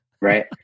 right